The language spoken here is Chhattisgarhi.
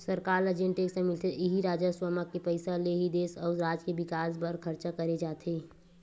सरकार ल जेन टेक्स मिलथे इही राजस्व म के पइसा ले ही देस अउ राज के बिकास बर खरचा करे जाथे